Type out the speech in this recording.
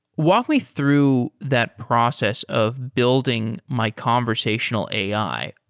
walk me through that process of building my conversational ai.